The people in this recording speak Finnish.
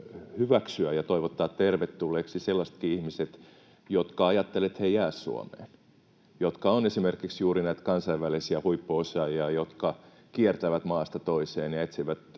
hyväksyä ja toivottaa tervetulleiksi sellaisetkin ihmiset, jotka ajattelevat, että he eivät jää Suomeen, jotka ovat esimerkiksi juuri näitä kansainvälisiä huippuosaajia, jotka kiertävät maasta toiseen ja etsivät